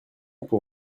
pour